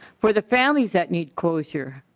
for the families that need closure.